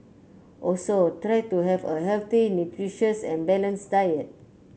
also try to have a healthy nutritious and balanced diet